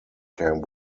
camp